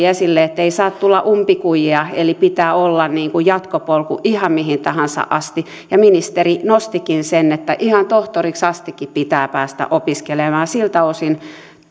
esille ettei saa tulla umpikujia eli pitää olla jatkopolku ihan mihin tahansa asti ministeri nostikin sen että ihan tohtoriksikin asti pitää päästä opiskelemaan ja siltä osin